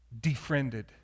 defriended